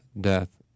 death